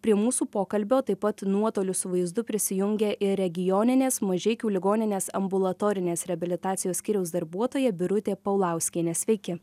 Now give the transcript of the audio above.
prie mūsų pokalbio taip pat nuotoliu su vaizdu prisijungė ir regioninės mažeikių ligoninės ambulatorinės reabilitacijos skyriaus darbuotoja birutė paulauskienė sveiki